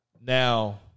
Now